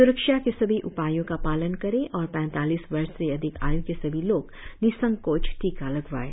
स्रक्षा के सभी उपायों का पालन करें और पैतालीस वर्ष से अधिक आयू के सभी लोग निसंकोच टीका लगवाएं